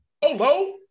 Hello